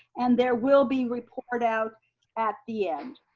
and there will be report out at the end,